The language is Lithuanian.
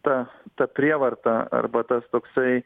ta ta prievarta arba tas toksai